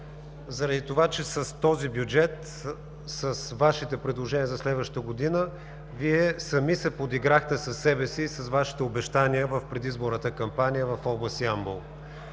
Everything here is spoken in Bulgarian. заради това, че с този бюджет, с Вашите предложения за следващата година Вие сами се подиграхте със себе си и с Вашите обещания в предизборната кампания в област Ямбол.